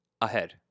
ahead